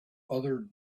other